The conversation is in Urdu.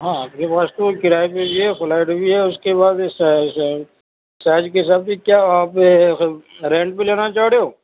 ہاں آپ کے واسطے کرایے لے لئے فلیٹ بھی ہے اُس کے بعد چارج کے حساب سے کیا آپ یہ سب رینٹ پہ لینا چاہ رہے ہو